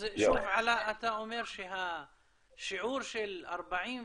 אז שוב, עלא, אתה אומר שהשיעור של 42.5%